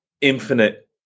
infinite